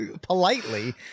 politely